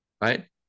right